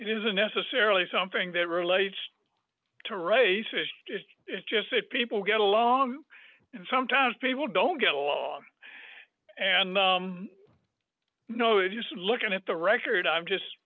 it isn't necessarily something that relates to race issues just it's just that people get along and sometimes people don't get along and you know it just looking at the record i'm just